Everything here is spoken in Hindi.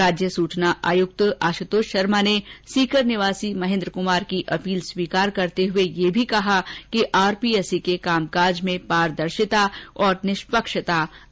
राज्य सूचना आयुक्त आशुतोष शर्मा ने सीकर निवासी महेन्द्र कुमार की अपील स्वीकार करते हुए यह भी कहा कि आरपीएससी के कामकाज में पारदर्शिता और निष्पक्षता आवश्यक है